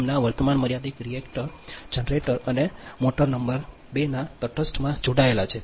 5 ના વર્તમાન મર્યાદિત રિએક્ટર જનરેટર અને મોટર નંબર 2 ના તટસ્થમાં જોડાયેલા છે